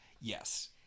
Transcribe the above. Yes